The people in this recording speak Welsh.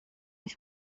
eich